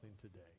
today